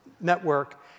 network